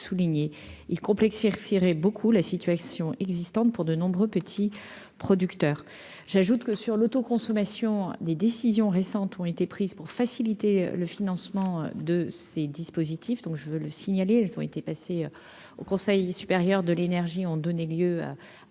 il complexe et retiré beaucoup la situation existante pour de nombreux petits producteurs, j'ajoute que sur l'autoconsommation des décisions récentes ont été prises pour faciliter le financement de ces dispositifs donc je veux le signaler, elles ont été passés au Conseil supérieur de l'énergie ont donné lieu à des